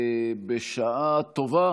בשעה טובה